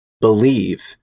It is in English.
believe